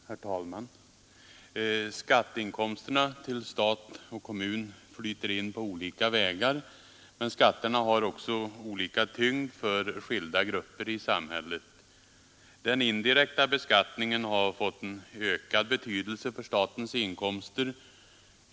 Herr talman! Skatteinkomsterna till stat och kommun flyter in på olika vägar, men skatterna har också olika tyngd för skilda grupper i samhället. Den indirekta beskattningen har fått ökad betydelse för statens inkomster.